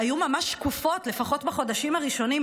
היו ממש שקופות לפחות בחודשים הראשונים,